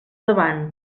davant